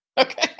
Okay